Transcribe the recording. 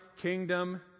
kingdom